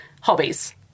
hobbies